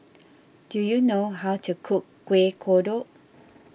do you know how to cook Kuih Kodok